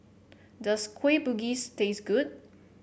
does Kueh Bugis taste good